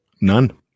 None